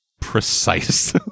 Precise